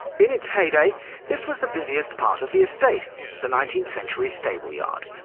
in its heyday this was the busiest part of the estate the nineteenth century stable-yard.